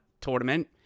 Tournament